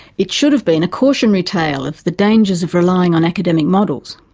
it should have been a cautionary tale of the dangers of relying on academic models,